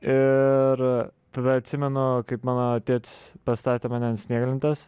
ir tada atsimenu kaip mano tėtis pastatė mane ant snieglentės